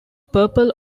purple